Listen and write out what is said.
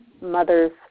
mothers